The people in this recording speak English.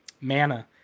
Mana